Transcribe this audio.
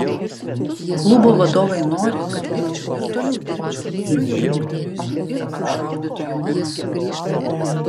klubo vadovai nori kad likčiau ir toliau dirbčiau su jau ūgtelėjusiu ir apšaudytu jaunimu